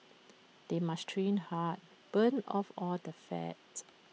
they must train hard burn off all the fat